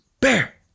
bear